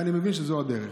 ואני מבין שזאת הדרך.